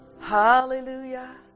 Hallelujah